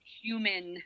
human